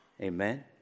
amen